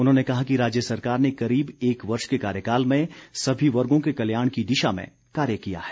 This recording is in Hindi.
उन्होंने कहा कि राज्य सरकार ने करीब एक वर्ष के कार्यकाल में सभी वर्गो के कल्याण की दिशा में कार्य किया है